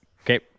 okay